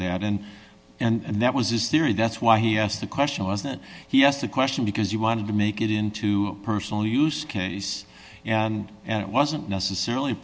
end and that was his theory that's why he asked the question wasn't he asked the question because you wanted to make it into personal use case and and it wasn't necessarily